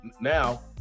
now